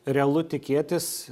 realu tikėtis